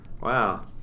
Wow